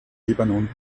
libanon